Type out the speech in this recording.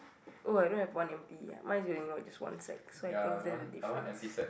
oh I don't have one M P ah mine is really just one side so I think that's the difference